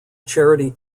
charity